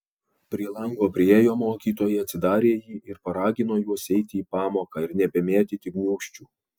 prie lango priėjo mokytoja atsidarė jį ir paragino juos eiti į pamoką ir nebemėtyti gniūžčių